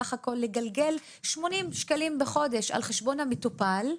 בסך הכול לגלגל 80 שקלים בחודש על חשבון המטופל,